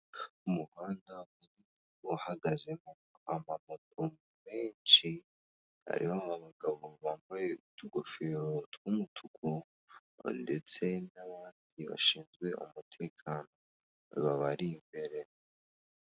Umuhanda uhagazemo amamoto menshi, harimo abagabo bambaye utugofero tw'umutuku ndetse n'abandi bashinzwe umutekano babari imbere.